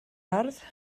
ardd